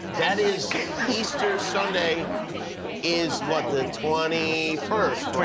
that is easter sunday is what? the twenty first.